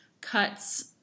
cuts